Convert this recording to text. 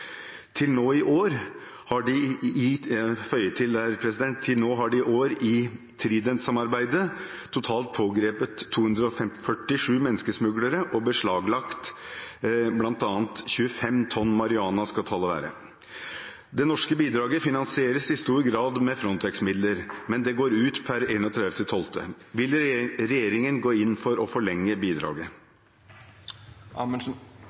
til å avsløre menneskesmuglere og skaffe bevis mot dem, samt stoppe narkotikasmugling m.m. Til nå har de pågrepet 247 menneskesmuglere og beslaglagt bl.a. 3,5 tonn marihuana. Det norske bidraget finansieres i stor grad med Frontex-midler, men det går ut 31. desember. Vil regjeringen gå inn for å forlenge